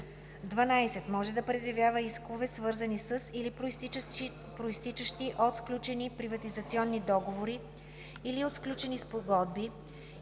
12. може да предявява искове, свързани със или произтичащи от сключени приватизационни договори или от сключени спогодби,